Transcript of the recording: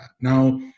Now